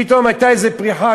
פתאום הייתה איזו פריחה,